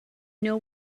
know